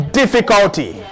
difficulty